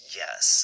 yes